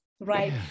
right